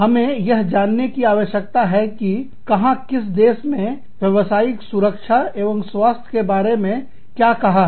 हमें यह जानने की आवश्यकता है कि कहां किस देश में व्यवसायिक सुरक्षा एवं स्वास्थ्य के बारे में क्या कहा है